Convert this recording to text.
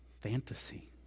fantasy